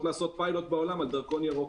לעשות פיילוט בעולם על דרכון ירוק.